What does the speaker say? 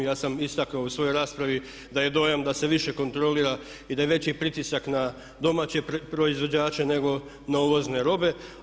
I ja sam istaknuo u svojoj raspravi da je dojam da se više kontrolira i da je veći pritisak na domaće proizvođače nego na uvozne robe.